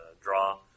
draw